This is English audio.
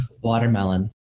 Watermelon